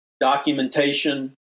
documentation